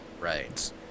right